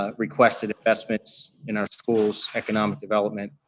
ah requested investments in our schools, economic development,